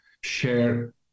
share